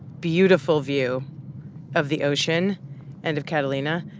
beautiful view of the ocean and of catalina.